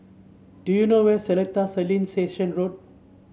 do you know where Seletar Satellite Station Road